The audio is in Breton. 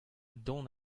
dont